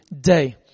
day